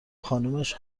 خانومش